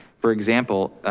for example,